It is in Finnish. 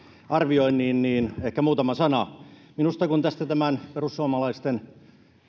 arvioinnin niin ehkä muutama sana siitä minusta kun tämän perussuomalaisten